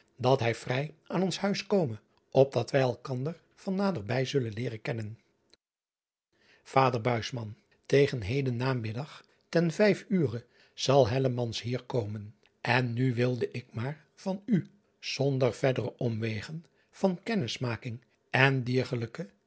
dat hij vrij aan ons huis kome opdat wij elkander van naderbij zullen leeren kennen ader egen heden namiddag ten vijf uren zal hier komen en nu wilde ik maar van u zonder verdere omwegen van kennismaking en diergelijke